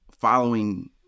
following